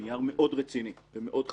נייר מאוד רציני ומאוד חשוב,